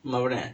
மவன:mavana